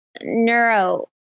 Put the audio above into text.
neuro